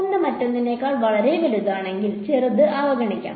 ഒന്ന് മറ്റൊന്നിനേക്കാൾ വളരെ വലുതാണെങ്കിൽ ചെറുത് അവഗണിക്കാം